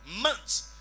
months